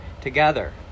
together